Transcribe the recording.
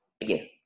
again